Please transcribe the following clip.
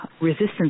resistance